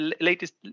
latest